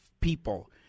people